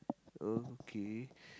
okay